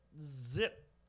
zip